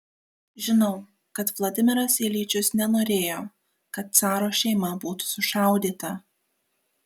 žinau kad vladimiras iljičius nenorėjo kad caro šeima būtų sušaudyta